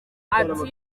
ati